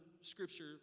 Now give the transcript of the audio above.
Scripture